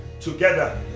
together